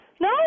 No